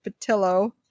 Patillo